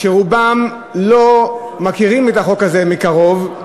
שרובם לא מכירים את החוק הזה מקרוב,